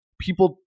people